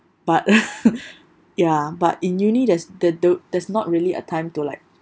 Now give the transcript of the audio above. but ya but in uni there's the~ the~ there's not really a time to like